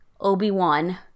Obi-Wan